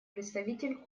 представитель